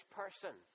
person